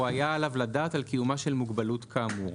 היה עליו לדעת על קיומה של מוגבלות כאמור.